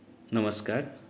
नमस्कार